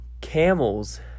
camels